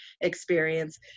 experience